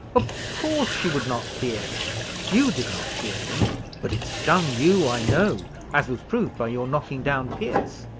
of course she would not fear him you did not fear him but it stung you, i know, as was proved by your knocking down pierce.